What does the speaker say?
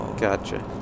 Gotcha